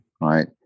Right